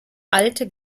alte